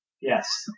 Yes